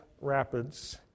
rapids